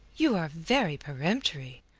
you are very peremptory.